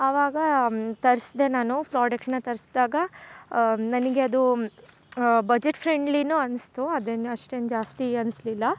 ಆವಾಗ ತರ್ಸಿದೆ ನಾನು ಫ್ರೊಡೆಕ್ಟ್ನ ತರ್ಸಿದಾಗ ನನಗೆ ಅದು ಬಜೆಟ್ ಫ್ರೆಂಡ್ಲಿನು ಅನಿಸ್ತು ಅದೇನು ಅಷ್ಟೆನು ಜಾಸ್ತಿ ಅನಿಸ್ಲಿಲ್ಲ